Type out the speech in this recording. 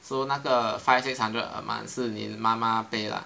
so 那个 five six hundred per month 是你妈妈 pay lah